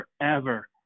forever